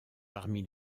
parmi